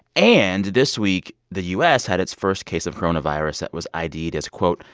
and this week, the u s. had its first case of coronavirus that was ided as, quote,